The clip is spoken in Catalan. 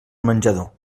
menjador